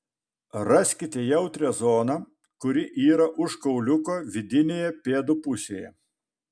raskite jautrią zoną kuri yra už kauliuko vidinėje pėdų pusėje